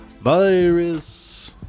Virus